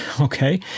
Okay